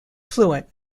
fluent